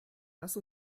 lass